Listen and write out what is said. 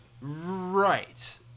Right